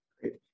Great